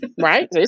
right